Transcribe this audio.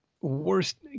worst